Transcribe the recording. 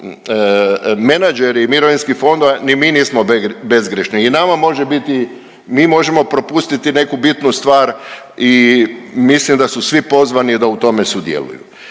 menadžeri mirovinskih fondova, ni mi nismo bezgrješni, mi možemo propustiti neku bitnu stvar i mislim da su svi pozvani da u tome sudjeluju.